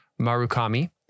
Marukami